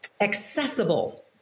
accessible